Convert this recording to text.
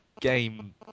game